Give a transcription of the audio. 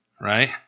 right